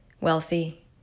wealthy